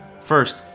First